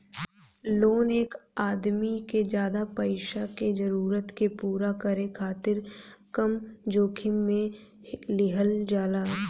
loan एक आदमी के ज्यादा पईसा के जरूरत के पूरा करे खातिर कम जोखिम में लिहल जाला